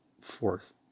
fourth